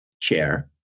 chair